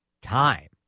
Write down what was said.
Time